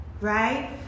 right